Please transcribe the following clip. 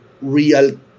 real